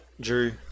drew